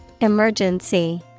Emergency